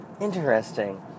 Interesting